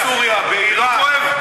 מה שקורה בסוריה, בעיראק, לא כואב?